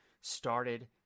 started